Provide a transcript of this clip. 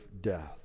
death